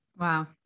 Wow